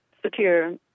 Secure